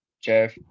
Jeff